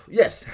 yes